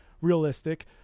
realistic